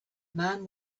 man